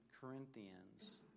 Corinthians